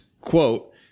Quote